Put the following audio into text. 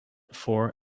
four